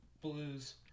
Blues